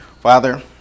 Father